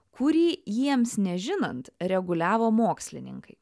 kurį jiems nežinant reguliavo mokslininkai